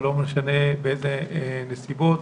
ולא משנה באילו נסיבות,